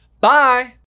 bye